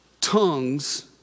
tongues